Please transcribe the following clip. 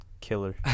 Killer